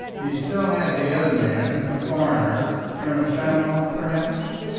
he still had the other man, a foreigner colonel schmoff, perhaps?